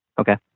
Okay